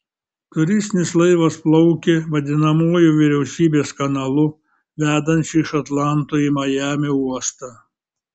turistinis laivas plaukė vadinamuoju vyriausybės kanalu vedančiu iš atlanto į majamio uostą